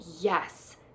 yes